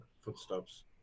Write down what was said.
footsteps